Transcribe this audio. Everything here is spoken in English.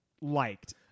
liked